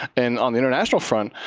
and on the international front,